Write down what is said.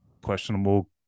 questionable